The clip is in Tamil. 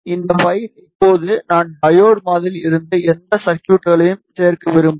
இந்த பைல் இப்போது நான் டையோடு மாதிரியில் இருந்த எந்த சர்க்யூட்களையும் சேர்க்க விரும்புகிறேன்